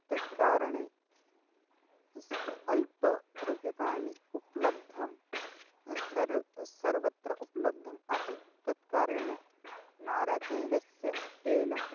तत् कारणेन स् अल्परूप्यकाणि उपलब्धं सर्वं सर्वत्र उपलब्धम् आसीत् तत् कारेणन नारिकेलस्य तैलं